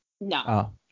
no